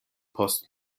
post